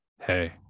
hey